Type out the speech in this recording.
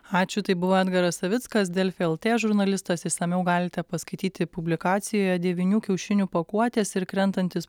ačiū tai buvo edgaras savickas delfi lt žurnalistas išsamiau galite paskaityti publikacijoje devynių kiaušinių pakuotės ir krentantis